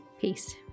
Peace